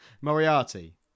Moriarty